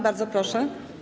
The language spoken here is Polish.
Bardzo proszę.